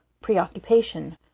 preoccupation